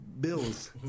bills